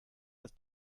das